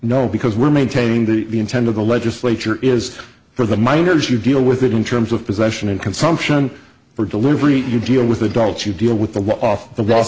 no because we're maintaining the intent of the legislature is for the minors you deal with it in terms of possession and consumption for delivery you deal with adults you deal with the off the wall